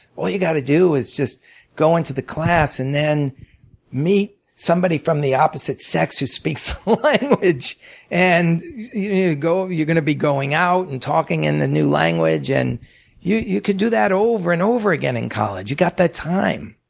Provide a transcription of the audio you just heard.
all you've got to do is just go into the class and then meet somebody from the opposite sex who speaks the language and yeah you're going to be going out and talking in the new language, and you you could do that over and over again in college you've got that time.